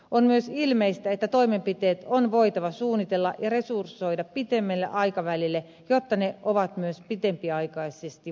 on myös ilmeistä että toimenpiteet on voitava suunnitella ja resursoida pitemmälle aikavälille jotta ne ovat myös pitempiaikaisesti vaikuttavia